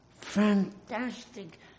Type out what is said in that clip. Fantastic